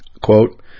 Quote